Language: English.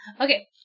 Okay